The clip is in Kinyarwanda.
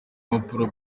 mpapuro